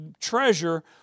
treasure